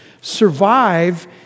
survive